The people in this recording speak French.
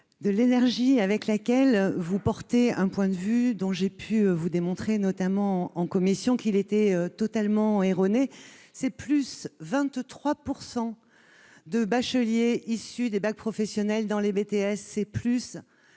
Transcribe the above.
de l'énergie avec laquelle vous portez un point de vue dont j'ai pu vous démontrer, notamment en commission, qu'il était totalement erroné. Parcoursup, c'est 23 % de bacheliers professionnels en plus dans les BTS,